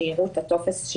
שיראו את הטופס,